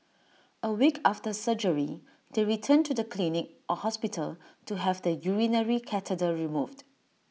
A week after surgery they return to the clinic or hospital to have the urinary catheter removed